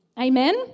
Amen